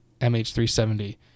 MH370